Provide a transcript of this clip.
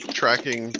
tracking